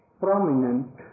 prominent